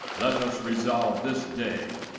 let us resolve this day,